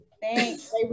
Thanks